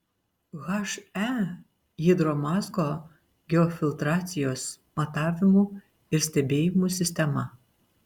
he hidromazgo geofiltracijos matavimų ir stebėjimų sistema